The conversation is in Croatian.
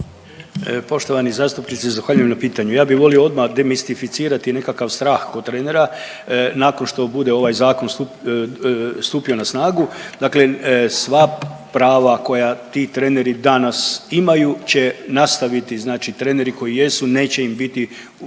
Poštovani zastupnici, zahvaljujem na pitanju. Ja bih volio odmah demistificirati nekakav strah od trenera nakon što bude ovaj zakon stupio na snagu. Dakle, sva prava koja ti treneri danas imaju će nastaviti, znači treneri koji jesu neće im biti ugrožena